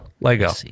Lego